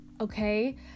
okay